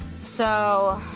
so,